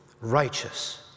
righteous